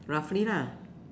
roughly lah